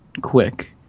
quick